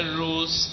rules